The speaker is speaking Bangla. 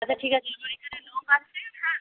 আচ্ছা ঠিক আছে আমার এখানে লোক আছে হ্যাঁ